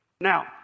Now